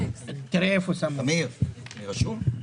בבקשה.